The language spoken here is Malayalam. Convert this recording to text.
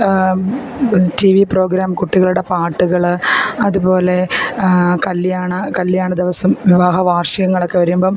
ടീ വി പ്രോഗ്രാം കുട്ടികളുടെ പാട്ടുകൾ അതുപോലെ കല്യാണ കല്യാണ ദിവസം വിവാഹ വാർഷികങ്ങളൊക്കെ വരുമ്പം